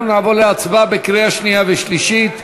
אנחנו נעבור להצבעה בקריאה שנייה ושלישית.